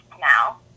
now